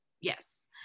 yes